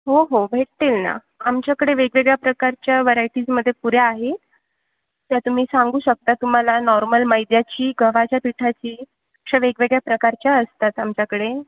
हो हो भेटतील ना आमच्याकडे वेगवेगळ्या प्रकारच्या व्हरायटीजमध्ये पुऱ्या आहेत त्या तुम्ही सांगू शकता तुम्हाला नॉर्मल मैद्याची गव्हाच्या पिठाची अशा वेगवेगळ्या प्रकारच्या असतात आमच्याकडे